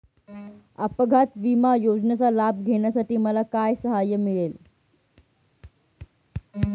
अपघात विमा योजनेचा लाभ घेण्यासाठी मला काय सहाय्य मिळेल?